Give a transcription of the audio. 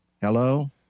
hello